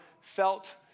felt